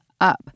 up